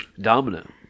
Dominant